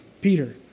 Peter